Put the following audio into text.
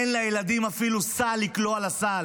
אין לילדים אפילו סל לקלוע לסל,